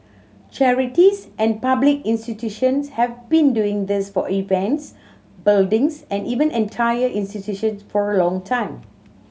charities and public institutions have been doing this for events buildings and even entire institutions for a long time